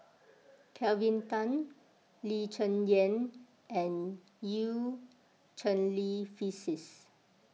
Kelvin Tan Lee Cheng Yan and Eu Cheng Li Phyllis